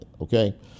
okay